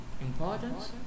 importance